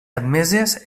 admeses